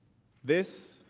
this